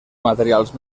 materials